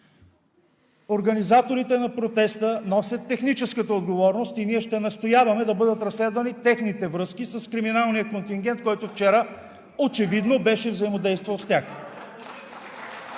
Организаторите на протеста носят техническата отговорност и ние ще настояваме да бъдат разследвани техните връзки с криминалния контингент, който вчера очевидно беше взаимодействал с тях.